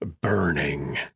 burning